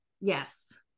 Yes